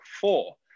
four